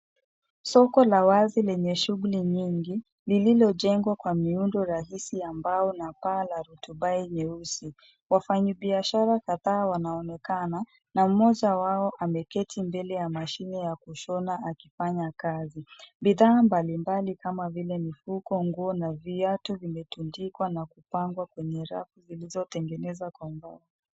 Soko la wazi lenye shughuli nyingi lililojengwa kwa miundo rahisi ya mbao na paa la rutubai nyeusi. Wafanyibiashara kadhaa wanaonekana na mmoja wao ameketi mbele ya mashine ya kushona akifanya kazi. Bidhaa mbalimbali kama vile mifuko, nguo na viatu vimetundikwa na kupangwa kwenye rafu zilizotengenezwa kwa mbao.